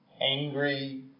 angry